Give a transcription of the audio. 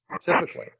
typically